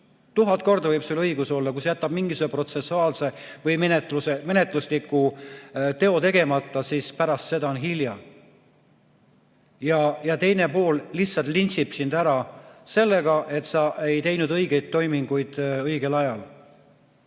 tuhat korda võib sul õigus olla, aga kui sa jätad mingisuguse protsessuaalse või menetlusliku teo tegemata, siis pärast seda on hilja. Teine pool lihtsalt lintšib sind ära sellega, et sa ei teinud õigeid toiminguid õigel ajal.